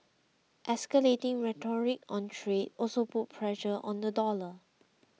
escalating rhetoric on trade also put pressure on the dollar